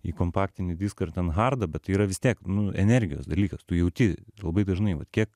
į kompaktinį diską ir ten hardą bet yra vis tiek nu energijos dalykas tu jauti labai dažnai vat kiek